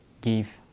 give